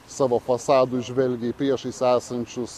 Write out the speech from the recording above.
savo fasadu žvelgia į priešais esančius